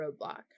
roadblock